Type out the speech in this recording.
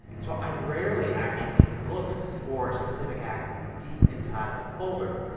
so i rarely, actually, look for a specific app deep inside of a folder.